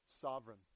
sovereign